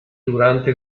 durante